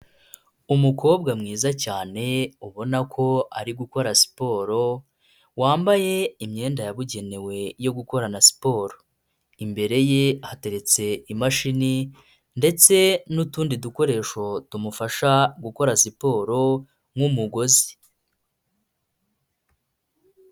Umukobwa mwiza cyane ubona ko ari gukora siporo, wambaye imyenda yabugenewe yo gukorana siporo, imbere ye hateretse imashini ndetse n'utundi dukoresho tumufasha gukora siporo n'umugozi.